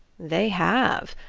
they have.